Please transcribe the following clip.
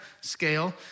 scale